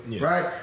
right